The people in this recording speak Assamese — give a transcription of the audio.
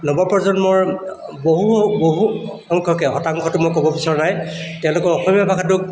নৱ প্ৰজন্মৰ বহু বহু সংখ্যকে শতাংশটো মই ক'ব বিচৰা নাই তেওঁলোকে অসমীয়া ভাষাটোক